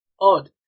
odd